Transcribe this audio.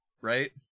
right